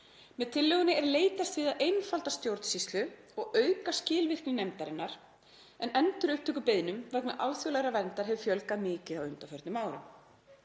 Með tillögunni er leitast við að einfalda stjórnsýslu og auka skilvirkni nefndarinnar en endurupptökubeiðnum vegna alþjóðlegrar verndar hefur fjölgað mikið á undanförnum árum.